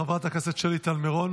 חברת הכנסת שלי טל מירון,